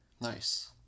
Nice